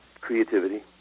creativity